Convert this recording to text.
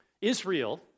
Israel